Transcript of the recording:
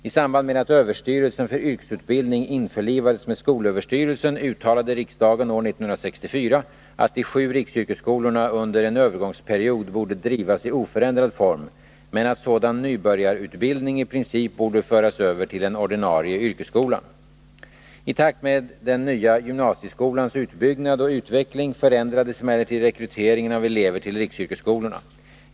I samband med att överstyrelsen för yrkesutbildning införlivades med skolöverstyrelsen uttalade riksdagen år 1964 att de sju riksyrkesskolorna under en övergångsperiod borde drivas i oförändrad form, men att sådan nybörjarutbildning i princip borde föras över till den ordinarie yrkesskolan. I takt med den nya gymnasieskolans utbyggnad och utveckling förändrades emellertid rekryteringen av elever till riksyrkesskolorna.